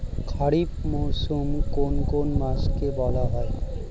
খারিফ মরশুম কোন কোন মাসকে বলা হয়?